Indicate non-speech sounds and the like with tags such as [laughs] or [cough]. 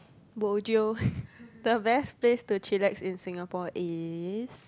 bojio [laughs] the best place to chillax in Singapore is